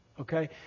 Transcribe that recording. Okay